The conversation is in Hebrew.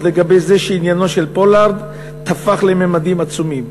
לגבי זה שעניינו של פולארד תפח לממדים עצומים.